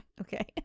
okay